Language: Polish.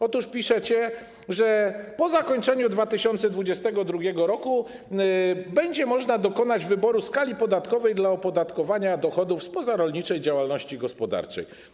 Otóż piszecie, że po zakończeniu 2022 r. będzie można dokonać wyboru skali podatkowej dla opodatkowania dochodów z pozarolniczej działalności gospodarczej.